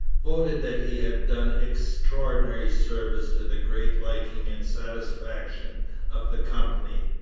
voted that he had done extraordinary service to the great liking and satisfaction of the company.